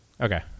Okay